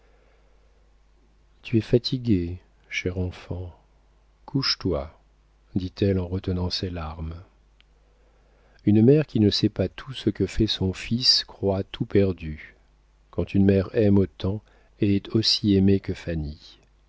tu es fatigué cher enfant couche-toi dit-elle en retenant ses larmes une mère qui ne sait pas tout ce que fait son fils croit tout perdu quand une mère aime autant et est aussi aimée que fanny